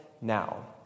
now